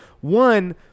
One